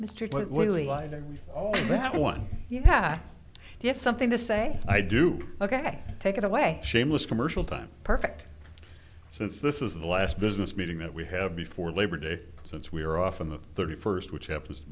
all that one yeah you have something to say i do ok take it away shameless commercial time perfect since this is the last business meeting that we have before labor day since we are off in the thirty first which happens to